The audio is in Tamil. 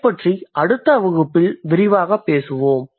அதைப் பற்றி அடுத்த வகுப்பில் விரிவாகப் பேசுவோம்